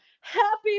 Happy